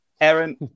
Aaron